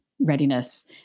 readiness